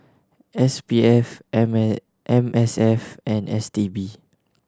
S P F M M S F and S T B